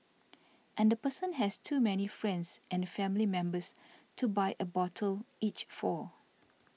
and the person has too many friends and family members to buy a bottle each for